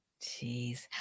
Jeez